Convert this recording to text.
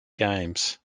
games